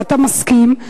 ואתה מסכים,